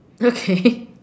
okay